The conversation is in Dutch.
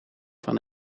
van